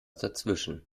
dazwischen